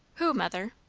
who, mother?